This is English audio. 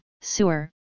sewer